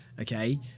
Okay